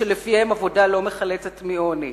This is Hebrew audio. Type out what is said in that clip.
שלפיהם עבודה לא מחלצת מעוני.